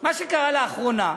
מה שקרה לאחרונה,